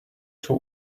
too